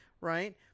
Right